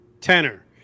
Tenor